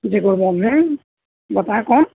جی کون بول رہے ہیں بتائیں کون